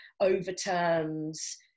overturns